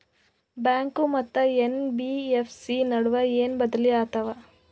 Bank ಮತ್ತ NBFC ನಡುವ ಏನ ಬದಲಿ ಆತವ?